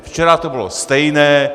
Včera to bylo stejné.